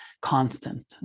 constant